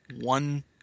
one